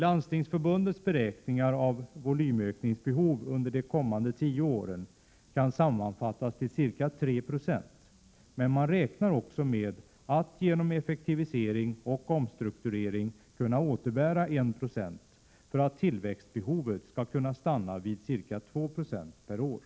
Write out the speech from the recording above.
Landstingsförbundets beräkningar av volymöknings — 8 juni 1988 behov under de kommande tio åren kan sammanfattas till ca 3 26, men man räknar också med att genom effektivisering och omstrukturering kunna ; återbära 1 20 för att tillväxtbehovet skall kunna stanna vid ca 2 96 per år.